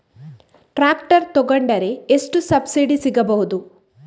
Tractor ತೊಕೊಂಡರೆ ಎಷ್ಟು subsidy ಸಿಗಬಹುದು?